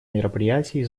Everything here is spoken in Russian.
мероприятий